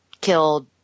killed